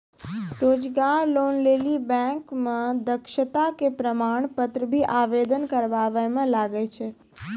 रोजगार लोन लेली बैंक मे दक्षता के प्रमाण पत्र भी आवेदन करबाबै मे लागै छै?